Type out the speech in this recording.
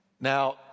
now